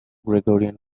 gregorian